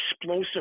explosive